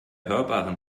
hörbaren